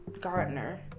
Gardner